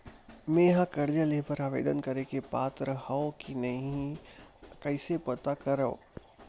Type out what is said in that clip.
मेंहा कर्जा ले बर आवेदन करे के पात्र हव की नहीं कइसे पता करव?